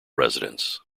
residents